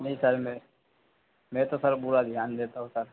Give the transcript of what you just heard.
नहीं सर में में तो सर पूरा ध्यान देता हूँ सर